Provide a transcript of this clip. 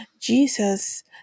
jesus